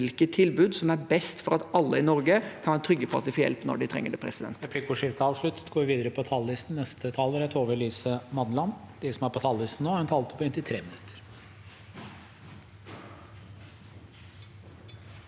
hvilke tilbud som er best for at alle i Norge kan være trygge på at de får hjelp når de trenger det. Presidenten